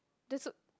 that's so